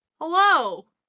Hello